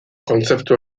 kontzeptu